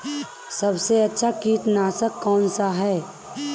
सबसे अच्छा कीटनाशक कौनसा है?